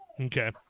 Okay